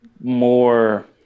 more